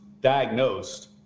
diagnosed